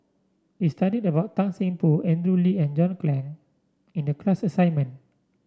we studied about Tan Seng Poh Andrew Lee and John Clang in the class assignment